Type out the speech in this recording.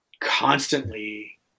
constantly